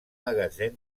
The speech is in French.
magasin